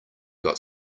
got